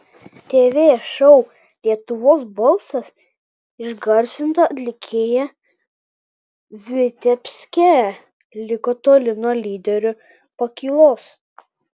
tv šou lietuvos balsas išgarsinta atlikėja vitebske liko toli nuo lyderių pakylos